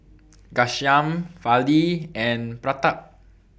Ghanshyam Fali and Pratap